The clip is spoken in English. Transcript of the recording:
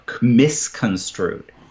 misconstrued